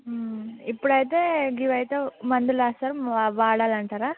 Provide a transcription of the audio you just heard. ఇప్పుడైతే ఇవైతే మందులిస్తారు వాడాలంటారా